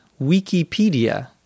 Wikipedia